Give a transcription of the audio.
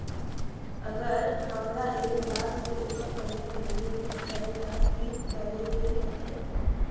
अगर हमरा एक लाख से ऊपर पैसा भेजे के होतई त की करेके होतय?